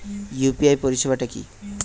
UPI পরিসেবাটা কি?